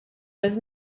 was